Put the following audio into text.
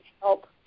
help